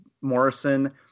Morrison